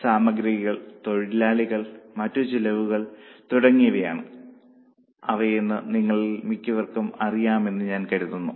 സാമഗ്രികൾ തൊഴിലാളികൾ മറ്റു ചെലവുകൾ തുടങ്ങിയവയാണ് അവയെന്ന് നിങ്ങളിൽ മിക്കവർക്കും അറിയാമെന്ന് ഞാൻ കരുതുന്നു